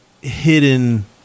Hidden